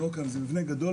זה מבנה גדול,